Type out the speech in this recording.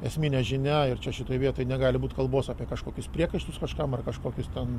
esminė žinia ir čia šitoj vietoj negali būt kalbos apie kažkokius priekaištus kažkam ar kažkokius ten